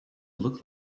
look